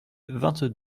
vingt